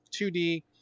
2D